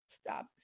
Stop